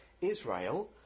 Israel